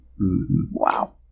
Wow